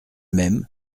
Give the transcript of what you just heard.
même